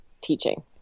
teaching